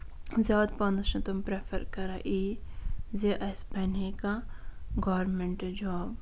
زیادٕ پَہم چھِ تِم پرٛیٚفر کران یہِ زِ اَسہِ بَنہِ ہے کانٛہہ گورمینٹہٕ جاب